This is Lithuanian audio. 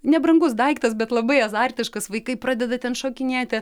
nebrangus daiktas bet labai azartiškas vaikai pradeda ten šokinėti